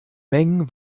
mengen